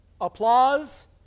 applause